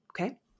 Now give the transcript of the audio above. Okay